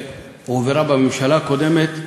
שהועברה בממשלה הקודמת,